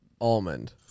almond